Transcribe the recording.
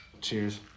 Cheers